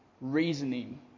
reasoning